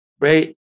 Right